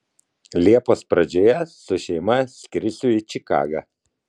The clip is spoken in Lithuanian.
liepos pradžioje su šeima skrisiu į čikagą